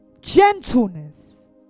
gentleness